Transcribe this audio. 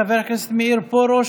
חבר הכנסת מאיר פרוש,